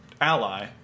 ally